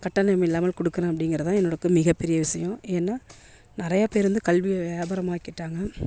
கட்டணமில்லாமல் கொடுக்குறேன் அப்படிங்குறது தான் எனக்கு மிக பெரிய விஷயம் ஏன்னா நிறையா பேர் வந்து கல்வியை வியாபாரம் ஆக்கிட்டாங்க